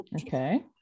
Okay